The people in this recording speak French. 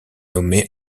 nommée